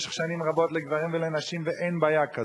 במשך שנים רבות, לגברים ולנשים, ואין בעיה כזאת.